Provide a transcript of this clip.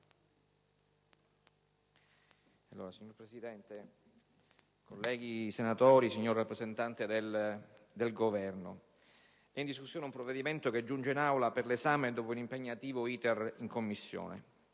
Signor Presidente, colleghi senatori, signor rappresentante del Governo, è in discussione un provvedimento che giunge in Aula per l'esame dopo un impegnativo *iter* in Commissione.